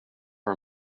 for